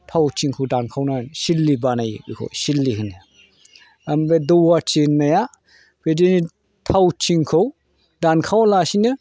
थावथिंखौ दानखावनानै सिरलि बानायो बेखौ सिरलि होनो ओमफ्राय दौहाति होननाया बिदिनो थावथिंखौ दानखावालासिनो